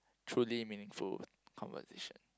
truly meaningful conversation